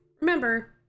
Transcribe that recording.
remember